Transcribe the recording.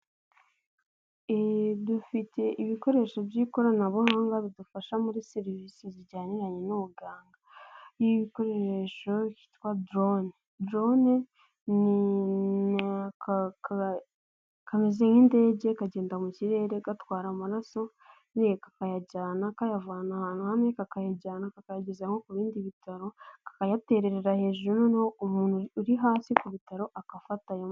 Dufite ibikoresho by'ikoranabuhanga bidufasha muri serivisi zijyaniranye n'ubuganga, igikoresho yitwa doron, dorone kameze nk'indege kagenda mu kirere gatwara amaraso ni kakayajyana kayavana ahantu hamwe kakayajyana kakayageza nko ku bindi bitaro akayaterera hejuru noneho umuntu uri hasi ku bitaro akafata.